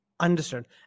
Understood